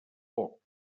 poc